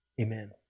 Amen